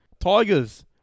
Tigers